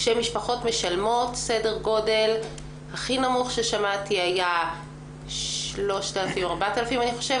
כשמשפחות משלמות הכי נמוך ששמעתי היה 3,000 או 4,000 אני חושבת,